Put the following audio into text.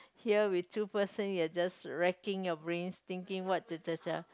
here with two person you are just wrecking your brains thinking what